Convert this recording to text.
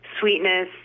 sweetness